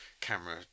camera